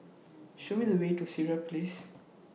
Show Me The Way to Sireh Place